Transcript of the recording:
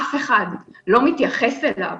אף אחד לא התייחס אליו